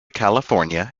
california